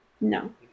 No